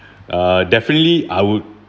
uh definitely I would